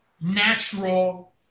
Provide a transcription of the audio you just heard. natural